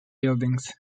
buildings